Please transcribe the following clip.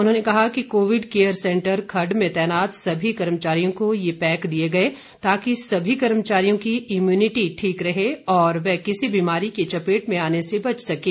उन्होंने कहा कि कोविड केयर सेंटर खड्ड में तैनात सभी कर्मचारियों को यह पैक दिए गए ताकि सभी कर्मचारियों की इम्यूनिटी ठीक रहे और वह किसी बीमारी की चपेट में आने से बच सकें